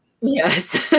Yes